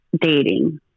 dating